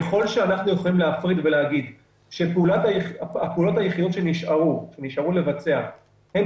ככל שאנחנו יכולים להפריד ולהגיד שהפעולות היחידות שנשארו לבצע הן